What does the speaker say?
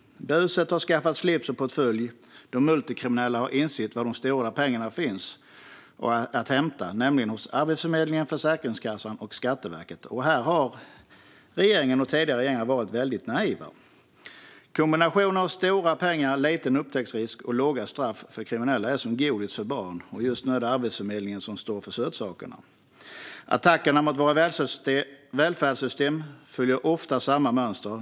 Buset har skaffat slips och portfölj. De multikriminella har insett var de stora pengarna finns att hämta, nämligen hos Arbetsförmedlingen, Försäkringskassan och Skatteverket. Här har både denna regering och tidigare regeringar varit väldigt naiva. Kombinationen av stora pengar, liten upptäcktsrisk och låga straff är för kriminella som godis för barn. Just nu är det Arbetsförmedlingen som står för sötsakerna. Attackerna mot våra välfärdssystem följer ofta samma mönster.